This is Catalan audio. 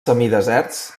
semideserts